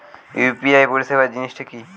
UPI পরিসেবা জিনিসটা কি?